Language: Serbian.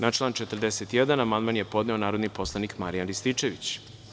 Na član 41. amandman je podneo narodni poslanik Marijan Rističević.